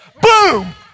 boom